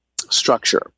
structure